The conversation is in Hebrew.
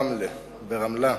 בסמוך לשכונת קריית-מנחם ברמלה,